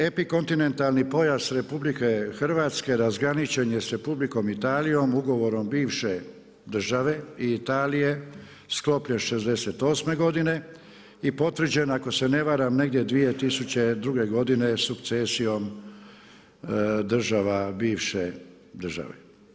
Epikontinentalni pojas RH razgraničen je s Republikom Italijom ugovorom bivše države i Italije sklopljen '68. godine i potvrđen ako se ne varam negdje 2002. sukcesijom država bivše države.